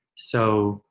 so,